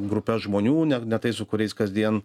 grupes žmonių ne tais su kuriais kasdien